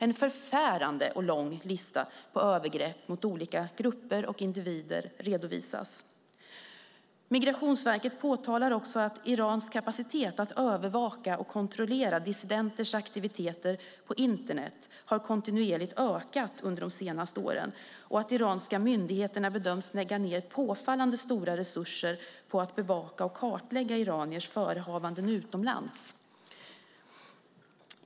En förfärande och lång lista på övergrepp mot olika grupper och individer redovisas. Migrationsverket påtalar också att "Irans kapacitet att övervaka och kontrollera dissidenters aktiviteter på Internet har kontinuerligt ökat under de senaste åren" och att "iranska myndigheter bedöms lägga ned påfallande stora resurser på att bevaka och kartlägga iraniers förehavanden utomlands".